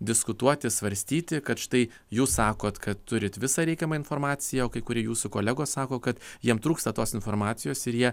diskutuoti svarstyti kad štai jus sakot kad turit visą reikiamą informaciją o kai kurie jūsų kolegos sako kad jiem trūksta tos informacijos ir jie